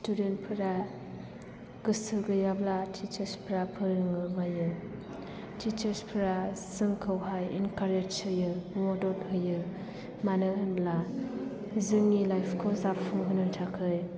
student फोरा गोसो गैयाब्ला टिचार्स फोरा फोरोंनो बायो टिचार्स फोरा जोंखौहाय इनकारेज होयो मदद होयो मानो होनोब्ला जोंनि लाइफ खौ जाफुंहोनो थाखाय